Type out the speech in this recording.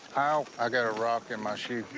ow. i got a rock in my shoe.